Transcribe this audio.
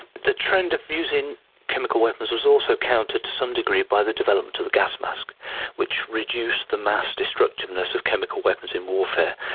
the trend of using chemical weapons was also countered to some degree by the development of the gas mask which reduced the mass destructiveness of chemical weapons in warfare,